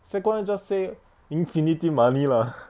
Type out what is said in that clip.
second [one] just say infinity money lah